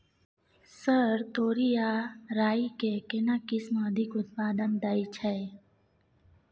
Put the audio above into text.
Sir तोरी आ राई के केना किस्म अधिक उत्पादन दैय छैय?